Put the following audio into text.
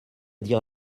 dire